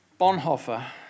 Bonhoeffer